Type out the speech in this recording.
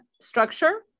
structure